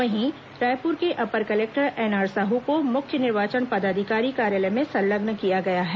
वही रायपुर के upper collector N R Sahu को मुख्य निर्वाचन पदाधिकारी कार्यालय में संलग्न किया गया है